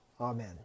Amen